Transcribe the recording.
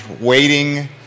waiting